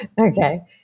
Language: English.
Okay